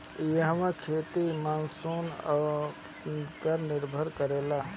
इहवा खेती मानसून पअ ही निर्भर करेला